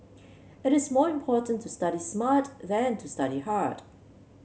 it is more important to study smart than to study hard